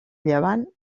llevant